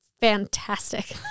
Fantastic